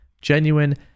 Genuine